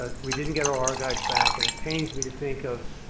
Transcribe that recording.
ah we didn't get all our guys back and it pains me to think of,